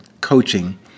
coaching